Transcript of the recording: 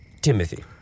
Timothy